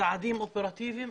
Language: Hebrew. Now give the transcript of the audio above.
צעדים אופרטיביים,